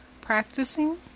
practicing